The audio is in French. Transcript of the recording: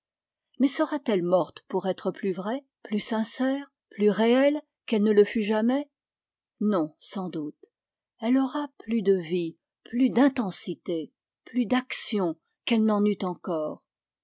mais sera-t-elle morte pour être plus vraie plus sincère plus réelle qu'elle ne le fut jamais non sans doute elle aura plus de vie plus d'intensité plus d'action qu'elle n'en eut encore